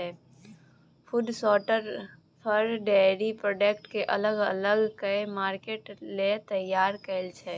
food शार्टर फर, dairy product केँ अलग अलग कए मार्केट लेल तैयार करय छै